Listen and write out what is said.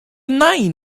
nain